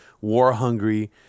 war-hungry